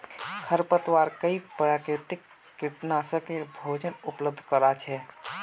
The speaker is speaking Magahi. खरपतवार कई प्राकृतिक कीटनाशकेर भोजन उपलब्ध करवा छे